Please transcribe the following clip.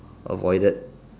avoided